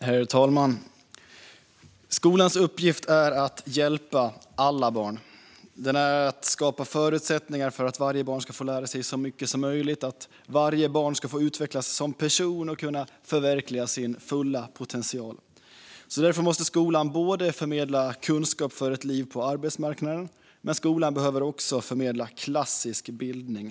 Herr talman! Skolans uppgift är att hjälpa alla barn. Det är att skapa förutsättningar för att varje barn ska få lära så mycket som möjligt, att varje barn ska få utvecklas som person och kunna förverkliga sin fulla potential. Därför måste skolan förmedla kunskap för ett liv på arbetsmarknaden, men skolan behöver också förmedla klassisk bildning.